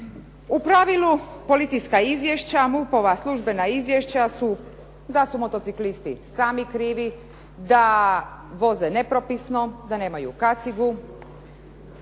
U pravilu, policijska izvješća, MUP-ova službena izvješća su da su motociklisti sami krivi, da voze nepropisno, da nemaju kacigu,